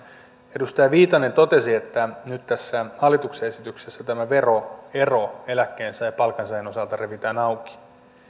edustaja viitanen totesi että nyt tässä hallituksen esityksessä tämä veroero eläkkeensaajan ja palkansaajan osalta revitään auki